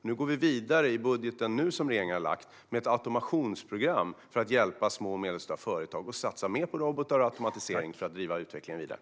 I den budget som regeringen nu har lagt fram går vi vidare med ett automationsprogram för att hjälpa små och medelstora företag att kunna satsa mer på robotar och automatisering och därmed driva utvecklingen vidare.